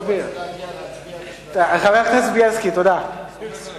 אנסטסיה חיכתה פה כל הזמן כדי להצביע על ההצעה.